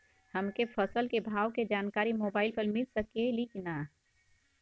हमके फसल के भाव के जानकारी मोबाइल पर मिल सकेला की ना?